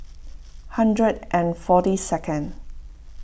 hundred and forty second